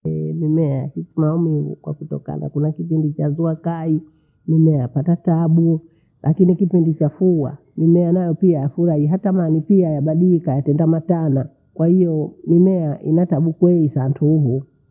Ehee, mimea hiisi maumivu kwakutokana kila kipindi cha zua kayi mimea yapata tabuu. Lakini kipindi cha fuwaa mimea nayo pia yafurahi hata mamiti ya- yabadilika yatenda matana kwahiyoo mimea ina tabu kweyi santuhu